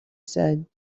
said